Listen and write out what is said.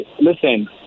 listen